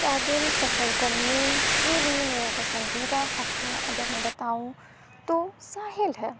پیدل سفر کرنے کے لیے میرا پسندیدہ خطہ اگر میں بتاؤں تو ساحل ہے